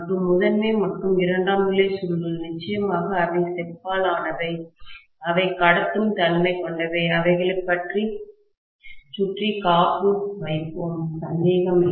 மற்றும் முதன்மை மற்றும் இரண்டாம் நிலை சுருள்கள் நிச்சயமாக அவை செப்பால் ஆனவை அவை கடத்தும் தன்மை கொண்டவை அவைகளைச் சுற்றி காப்பு வைப்போம் சந்தேகமில்லை